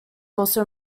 also